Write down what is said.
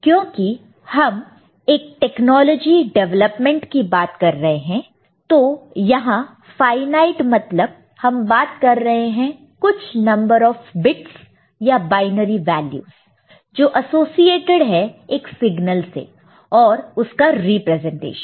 क्योंकि हम एक टेक्नोलॉजी डेवलपमेंट की बात कर रहे हैं तो यहां फाईनाइट मतलब हम बात कर रहे हैं कुछ नंबर ऑफ बिट्स या बायनरी वैल्यूस जो एसोसिएटेड है एक सिग्नल से और उसका रिप्रेजेंटेशन